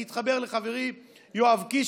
אני אתחבר לחברי יואב קיש,